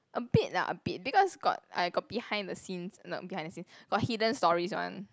a bit lah a bit because got I got behind the scenes not behind the scenes got hidden stories one